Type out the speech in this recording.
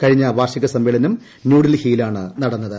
കഴിഞ്ഞ വാർഷിക സമ്മേളനം ന്യൂഡൽഹിയിലാ്ണ് നടന്നത്